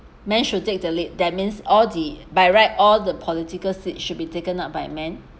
men should take the lead that means all the by right all the political seats should be taken up by men